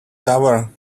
tower